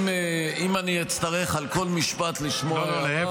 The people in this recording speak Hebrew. אם אני אצטרך על כל משפט לשמוע הערות,